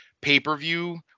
pay-per-view